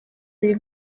biri